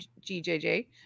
gjj